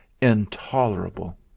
Intolerable